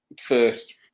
first